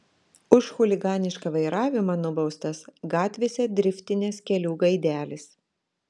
už chuliganišką vairavimą nubaustas gatvėse driftinęs kelių gaidelis